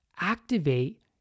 activate